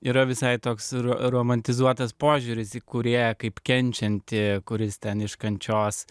yra visai toks romantizuotas požiūris į kūrėją kaip kenčianti kuris ten iš kančios